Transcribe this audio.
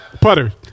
Putter